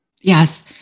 Yes